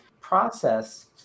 process